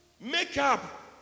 makeup